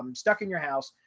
um stuck in your house.